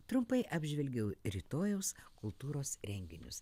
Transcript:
trumpai apžvelgiau rytojaus kultūros renginius